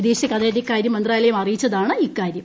വിദേശ കാര്യമന്ത്രാലയം അറിയിച്ചതാണ് ഇക്കാര്യം